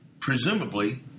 Presumably